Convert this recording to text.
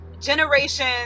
generation